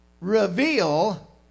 reveal